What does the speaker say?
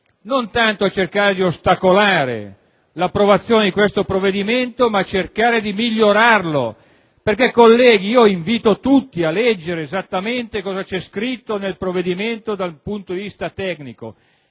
non tanto di ostacolare l'approvazione di questo provvedimento, quanto piuttosto di migliorarlo. Infatti, colleghi, vi invito tutti a leggere esattamente cosa c'è scritto nel provvedimento dal punto di vista tecnico.